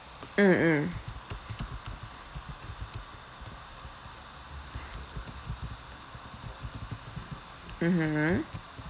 mm mm mmhmm